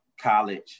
college